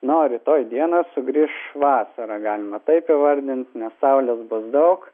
na o rytoj dieną sugrįš vasara galima taip įvardint nes saulės bus daug